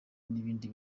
n’ibindi